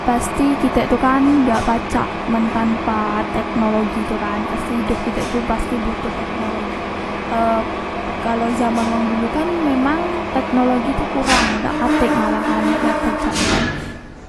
Pasti kitek tu kan dak pacak men tanpa teknologi tu kan pasti idop kitek tu pasti butuh teknologi e kalo zaman wong dulu kan memang teknologi tu kurang dak katek malahane dak tek cak tu kan